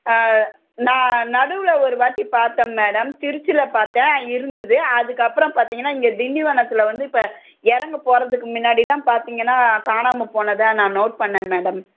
நான் நடுவில் ஒரு வாட்டி பார்த்தேன் மேடம் திருச்சியில பார்த்தேன் இருந்துது அதற்கப்பறம் பாத்திங்கன்னா இங்கே திண்டிவனத்தில் வந்து இப்போ இறங்க போகறதுக்கு முன்னாடி தான் பார்த்திங்கன்னா காணாமல் போனதாக நான் நோட் பண்ணேன் மேடம்